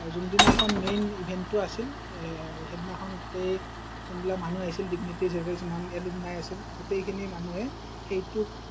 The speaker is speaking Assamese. যোনদিনাখন মেইন ইভেন্টটো আছিল সেইদিনাখন গোটেই যোনবিলাক মানুহ আহিছিল যিমান এলুমিনাই আছিল গোটেইখিনি মানুহে সেইটো